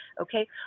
Okay